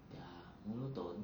they're monotone